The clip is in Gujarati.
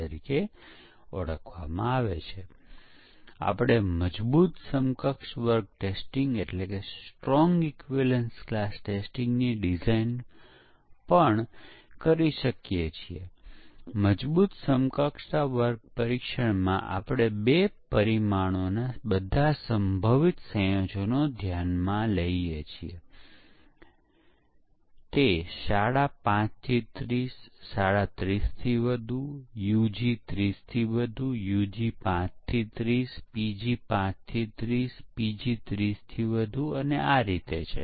પરંતુ તે પછી એક વસ્તુ કે આપણે કહી શકીએ કે કોઈ કંપની ડિઝાઇનિંગ અથવા કોડિંગ અથવા તેથી સ્પષ્ટતાની તુલનામાં પરીક્ષણ માટે મોટા પ્રમાણમાં પ્રયત્નો કરે છે તેથી કંપનીને મોટી સંખ્યામાં પરીક્ષકોની જરૂર પડશે અને તે સાચું છે